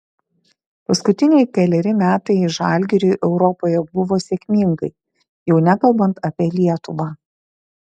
paskutiniai keleri metai žalgiriui europoje buvo sėkmingai jau nekalbant apie lietuvą